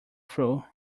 through